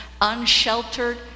unsheltered